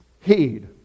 heed